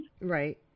Right